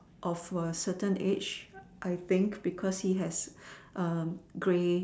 of a certain age I think because he has um grey